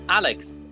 Alex